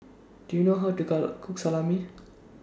Do YOU know How to Car Cook Salami